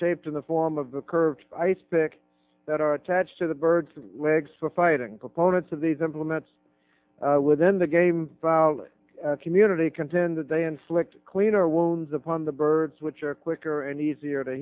shaped in the form of the curved icepick that are attached to the bird's wigs for fighting opponents of these implements within the game community contend that they inflict cleaner won't upon the birds which are quicker and easier to